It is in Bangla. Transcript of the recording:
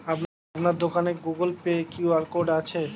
আপনার দোকানে গুগোল পে কিউ.আর কোড আছে?